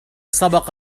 سبق